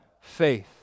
faith